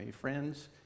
Friends